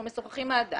אנחנו משוחחים עם האדם